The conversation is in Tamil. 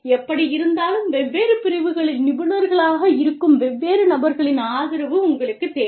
எப்படியிருந்தாலும் வெவ்வேறு பிரிவுகளில் நிபுணர்களாக இருக்கும் வெவ்வேறு நபர்களின் ஆதரவு உங்களுக்குத் தேவை